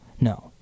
no